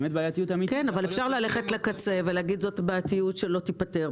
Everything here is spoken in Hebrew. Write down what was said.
אפשר ללכת לקצה ולהגיד שזאת בעייתיות שלא תיפתר,